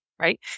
right